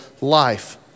life